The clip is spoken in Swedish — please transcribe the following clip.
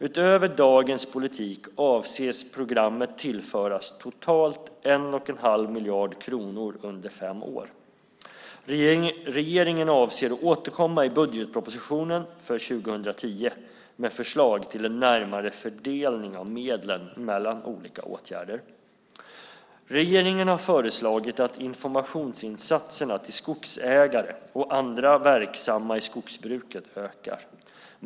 Utöver dagens politik avses programmet tillföras totalt 1 1⁄2 miljard kronor under fem år. Regeringen avser att återkomma i budgetpropositionen för 2010 med förslag till en närmare fördelning av medlen mellan olika åtgärder. Regeringen har föreslagit att informationsinsatserna till skogsägare och andra verksamma i skogsbruket ökar.